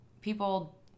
people